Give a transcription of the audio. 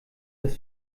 das